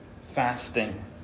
fasting